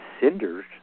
cinders